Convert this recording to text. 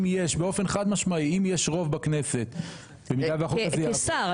באופן חד משמעי אם יש רוב בכנסת במידה והחוק הזה יעבור --- כשר.